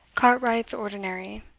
cartwright's ordinary.